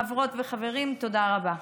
חברות וחברים, תודה רבה.